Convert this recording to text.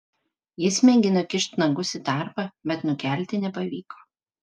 jis mėgino kišt nagus į tarpą bet nukelti nepavyko